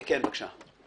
בבקשה.